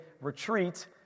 retreat